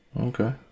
Okay